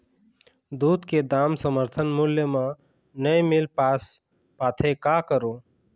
दूध के दाम समर्थन मूल्य म नई मील पास पाथे, का करों?